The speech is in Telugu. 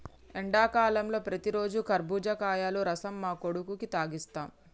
ఎండాకాలంలో ప్రతిరోజు కర్బుజకాయల రసం మా కొడుకుకి తాగిస్తాం